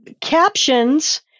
captions